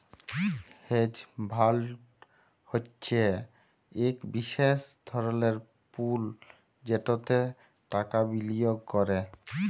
hedge fund হছে ইক বিশেষ ধরলের পুল যেটতে টাকা বিলিয়গ ক্যরে